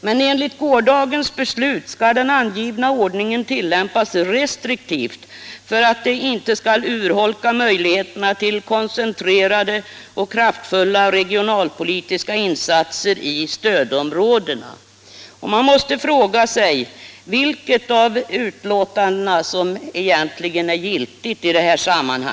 Men enligt gårdagens beslut skall den angivna ordningen tillämpas restriktivt för att inte urholka möjligheterna till koncentrerade och kraftfulla regionalpolitiska insatser i stödområdena. Man måste verkligen fråga sig vilken av skrivningarna som egentligen är den giltiga.